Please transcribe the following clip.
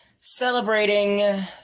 celebrating